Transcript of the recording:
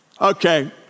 Okay